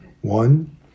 one